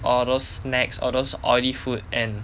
all those snacks all those oily food and